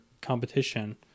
competition